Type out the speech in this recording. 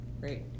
Great